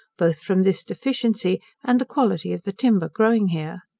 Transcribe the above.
both from this deficiency, and the quality of the timber growing here.